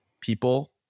people